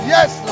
Yes